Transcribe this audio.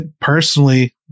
personally